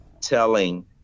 telling